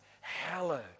hallowed